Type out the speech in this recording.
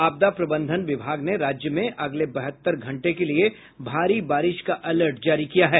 आपदा प्रबंधन विभाग ने राज्य में अगले बहत्तर घंटे के लिये भारी बारिश का अलर्ट जारी किया है